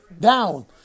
down